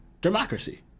democracy